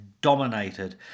dominated